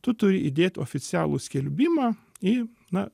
tu turi įdėt oficialų skelbimą į na